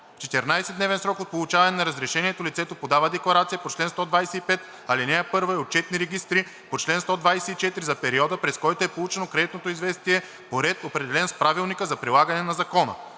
14-дневен срок от получаване на разрешението лицето подава декларация по чл. 125, ал. 1 и отчетни регистри по чл. 124 за периода, през който е получено кредитното известие, по ред, определен с правилника за прилагане на закона.